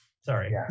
Sorry